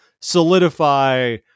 solidify